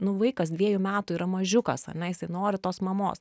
nu vaikas dviejų metų yra mažiukas ane jisai nori tos mamos